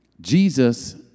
Jesus